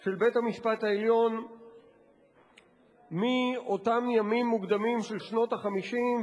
של בית-המשפט העליון מאותם ימים מוקדמים של שנות ה-50,